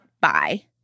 bye